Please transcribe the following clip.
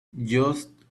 just